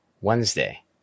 Wednesday